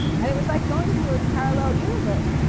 and it was like going to a parallel universe.